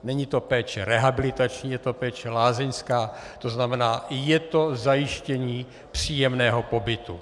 Není to péče rehabilitační, je to péče lázeňská, to znamená je to zajištění příjemného pobytu.